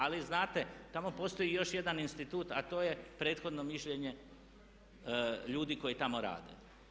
Ali znate, tamo postoji i još jedan institut, a to je prethodno mišljenje ljudi koji tamo rade.